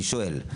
אני שואל,